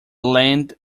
land